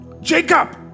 Jacob